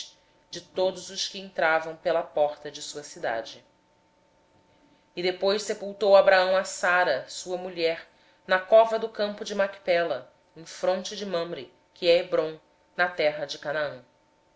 de todos os que entravam pela porta da sua cidade depois sepultou abraão a sara sua mulher na cova do campo de macpela em frente de manre que é hebrom na terra de canaã